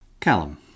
Callum